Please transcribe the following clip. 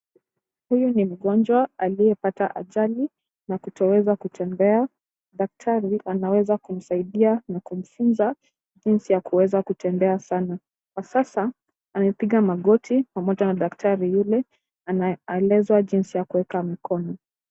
Huyu ni mgonjwa aliyepata ajali na kutoweza kutembea. Daktari anaweza kumsaidia na kumfunza jinsi ya kuweza kutembea sana. Kwa sasa, amepiga magoti pamoja na daktari yule anaye eleza jinsi ya kuweka mkono.